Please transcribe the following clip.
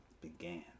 began